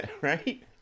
right